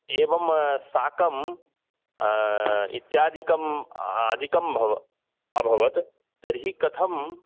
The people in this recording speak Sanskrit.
एवं शाकं इत्यादिकं अधिकं भव् अभवत् तर्हि कथं